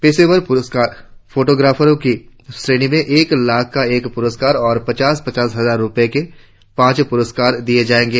पेशवर फोटोराफरों की श्रेणी में एक लाख का एक पुरस्कार और पचास पचास हजार रुपये के पांच पुरस्कार दिए जाएंगे